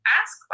ask